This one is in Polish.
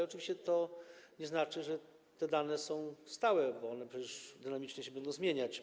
Oczywiście to nie znaczy, że te dane są stałe, bo one przecież granicznie będą się zmieniać.